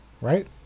right